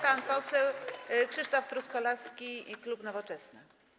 Pan poseł Krzysztof Truskolaski, klub Nowoczesna.